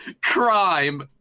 crime